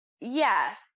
yes